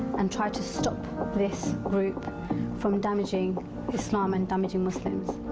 and try to stop this group from damaging islam and damaging muslims.